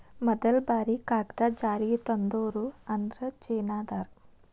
ಮದಲ ಬಾರಿ ಕಾಗದಾ ಜಾರಿಗೆ ತಂದೋರ ಅಂದ್ರ ಚೇನಾದಾರ